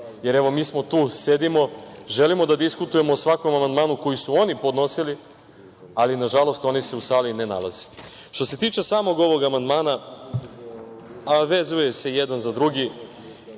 Jer evo, mi smo tu, sedimo, želimo da diskutujemo o svakom amandmanu koji su oni podnosili, ali, nažalost, oni se u sali ne nalaze. Što se tiče samog ovog amandmana, a vezuju se jedan za drugi,